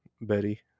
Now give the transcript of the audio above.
Betty